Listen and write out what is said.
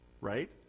Right